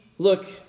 look